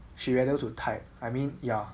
she rather to type I mean ya